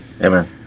Amen